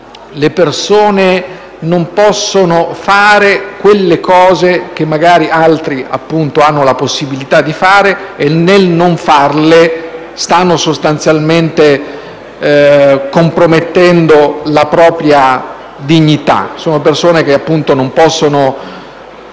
le persone non possono fare quelle cose che magari altri hanno la possibilità di fare e nel non farle stanno compromettendo la propria dignità. Sono persone che non possono